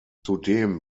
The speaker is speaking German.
zudem